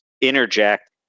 interject